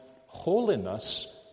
holiness